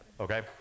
okay